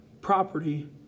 property